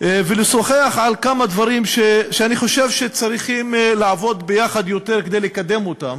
ולשוחח על כמה דברים שאני חושב שצריכים לעבוד יותר ביחד כדי לקדם אותם,